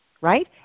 right